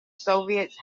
soviets